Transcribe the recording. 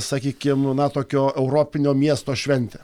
sakykim na tokio europinio miesto šventę